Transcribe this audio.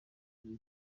gihe